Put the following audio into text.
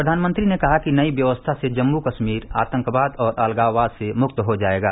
प्रधानमंत्री ने कहा कि नई व्यवस्था से जम्मू कश्मीर आतंकवाद और अलगावाद से मुक्त हो जाएगा